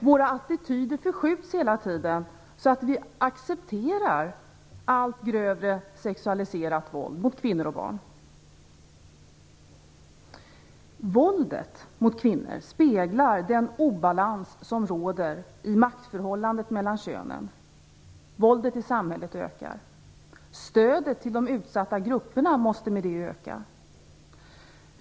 Våra attityder förskjuts hela tiden, så att vi accepterar allt grövre sexualiserat våld mot kvinnor och barn. Våldet mot kvinnor speglar den obalans som råder i maktförhållandet mellan könen. Våldet i samhället ökar. Stödet till de utsatta grupperna måste därmed öka.